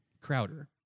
Crowder